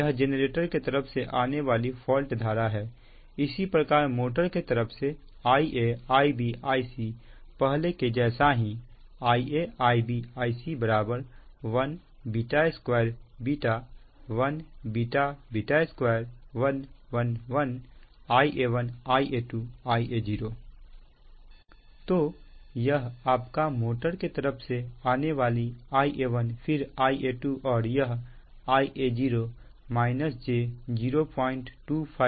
यह जेनरेटर के तरफ से आने वाली फॉल्ट धारा है इसी प्रकार मोटर के तरफ से Ia Ib Ic पहले के जैसा ही Ia Ib Ic 1 2 1 2 1 1 1 Ia1 Ia2 Ia0 तो यह आपका मोटर के तरफ से आने वाली Ia1 फिर Ia2 और यह Ia0 j0252है